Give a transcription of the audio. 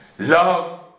Love